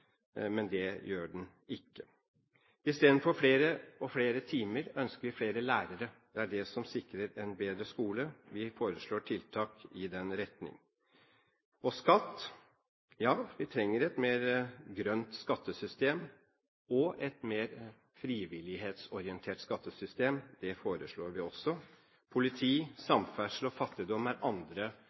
men det gjør den ikke. I stedet for flere timer ønsker vi flere lærere. Det er det som sikrer en bedre skole. Vi foreslår tiltak i den retning. Skatt: Ja, vi trenger et mer grønt skattesystem og et mer frivillighetsorientert skattesystem. Det foreslår vi også. Politi, samferdsel og fattigdom er andre